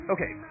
Okay